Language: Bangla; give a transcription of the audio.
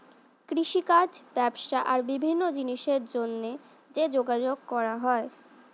কৃষিকাজ, ব্যবসা আর বিভিন্ন জিনিসের জন্যে যে যোগাযোগ করা হয়